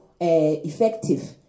effective